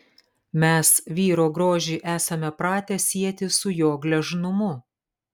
mes vyro grožį esame pratę sieti su jo gležnumu